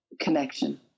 connection